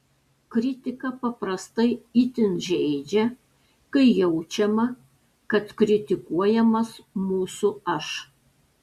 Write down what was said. kritika paprastai itin žeidžia kai jaučiama kad kritikuojamas mūsų aš